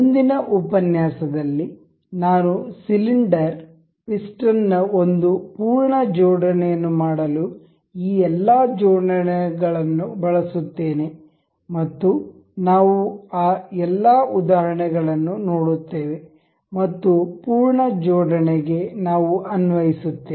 ಮುಂದಿನ ಉಪನ್ಯಾಸದಲ್ಲಿ ನಾನು ಸಿಲಿಂಡರ್ ಪಿಸ್ಟನ್ ನ ಒಂದು ಪೂರ್ಣ ಜೋಡಣೆಯನ್ನು ಮಾಡಲು ಈ ಎಲ್ಲಾ ಜೋಡಣೆಗಳನ್ನು ಬಳಸುತ್ತೇನೆ ಮತ್ತು ನಾವು ಆ ಎಲ್ಲಾ ಉದಾಹರಣೆಗಳನ್ನು ನೋಡುತ್ತೇವೆ ಮತ್ತು ಪೂರ್ಣ ಜೋಡಣೆ ಗೆ ನಾವು ಅನ್ವಯಿಸುತ್ತೇವೆ